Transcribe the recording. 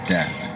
Death